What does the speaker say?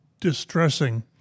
distressing